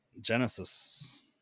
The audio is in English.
genesis